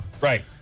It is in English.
Right